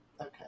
Okay